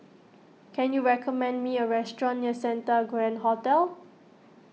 can you recommend me a restaurant near Santa Grand Hotel